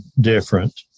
different